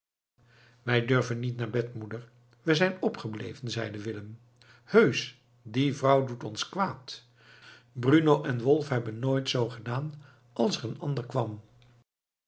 wij durven niet naar bed moeder we zijn opgebleven zeide willem heusch die vrouw doet ons kwaad bruno en wolf hebben nog nooit zoo gedaan als er een ander kwam